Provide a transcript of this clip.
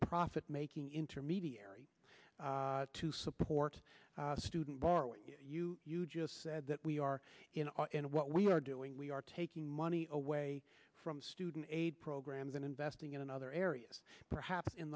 profit making intermediary to support student borrowing you just said that we are in and what we are doing we are taking money away from student aid programs and investing it in other areas perhaps in